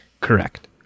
correct